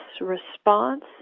response